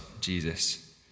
Jesus